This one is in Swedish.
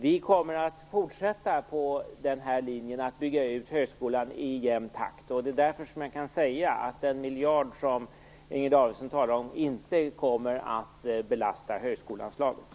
Vi kommer att fortsätta på den här linjen och bygga ut högskolan i jämn takt. Därför kan jag säga att den miljard som Inger Davidson talar om inte kommer att belasta högskoleanslaget.